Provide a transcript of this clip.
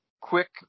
Quick